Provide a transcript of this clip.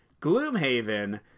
Gloomhaven